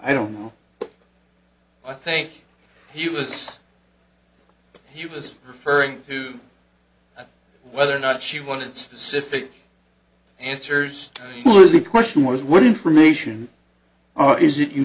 i don't know i think he was he was referring to whether or not she wanted specific answers or the question was what information are is it you